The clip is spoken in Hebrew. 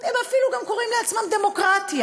הם אפילו גם קוראים לעצמם "דמוקרטיה".